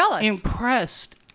impressed